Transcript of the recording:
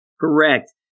Correct